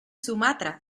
sumatra